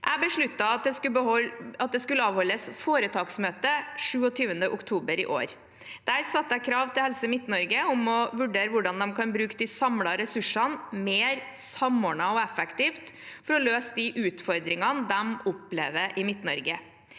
Jeg besluttet at det skulle avholdes foretaksmøte 27. oktober i år. Der satte jeg krav til Helse Midt-Norge om å vurdere hvordan de kan bruke de samlede ressursene mer samordnet og effektivt for å løse de utfordringene de opplever i Midt-Norge.